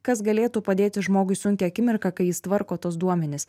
kas galėtų padėti žmogui sunkią akimirką kai jis tvarko tuos duomenis